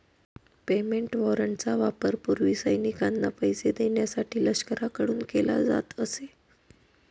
payment वॉरंटचा वापर पूर्वी सैनिकांना पैसे देण्यासाठी लष्कराकडून केला जात असे